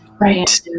Right